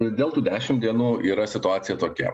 dėl tų dešim dienų yra situacija tokia